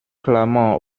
clament